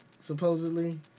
supposedly